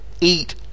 eat